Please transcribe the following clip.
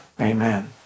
Amen